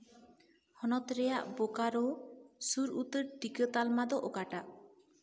ᱦᱚᱱᱚᱛ ᱨᱮᱭᱟᱜ ᱵᱳᱠᱟᱨᱳ ᱥᱩᱨ ᱩᱛᱟᱹᱨ ᱴᱤᱠᱟᱹ ᱛᱟᱞᱢᱟ ᱫᱚ ᱚᱠᱟᱴᱟᱜ